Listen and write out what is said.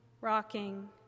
rocking